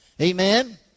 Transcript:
Amen